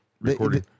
recording